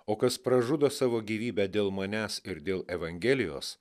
o kas pražudo savo gyvybę dėl manęs ir dėl evangelijos